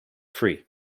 free